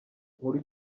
nkuru